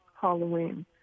Halloween